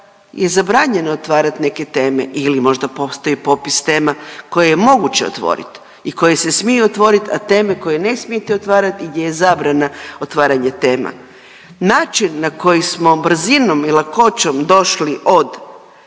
je zabranjeno otvarat neke teme ili možda postoji popis tema koje je moguće otvorit i koje se smiju otvorit, a teme koje ne smijete otvarat je zabrana otvaranja tema. Način na koji smo brzinom i lakoćom došli od